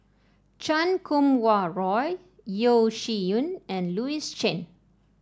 Chan Kum Wah Roy Yeo Shih Yun and Louis Chen